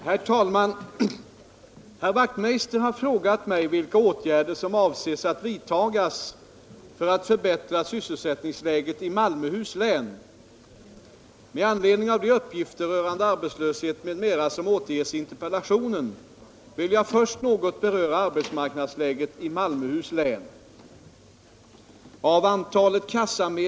Herr talman! Herr Wachtmeister i Staffanstorp har frågat mig vilka åtgärder som avses att vidtagas för att förbättra sysselsättningsläget i Malmöhus län. Med anledning av de uppgifter rörande arbetslöshet m.m. som återges i interpellationen vill jag först något beröra arbetsmarknadsläget i Malmöhus län.